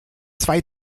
zwei